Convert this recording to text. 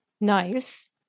Nice